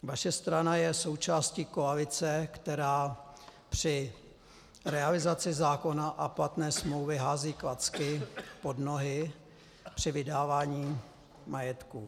Vaše strana je součástí koalice, která při realizaci zákona a platné smlouvy hází klacky pod nohy při vydávání majetku.